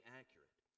accurate